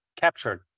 captured